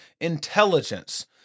intelligence